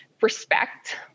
respect